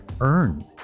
earn